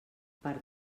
per